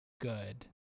good